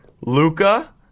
Luca